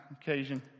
occasion